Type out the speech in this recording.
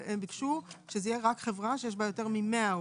ביקשו שיהיה רק חברה שיש בה יותר מ-100 עובדים.